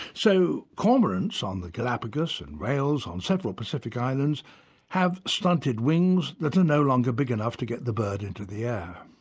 so cormorants on the galapagos and rails on several pacific islands have stunted wings that are no longer big enough to get the bird into the air.